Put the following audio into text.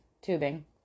tubing